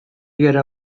gera